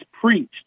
preached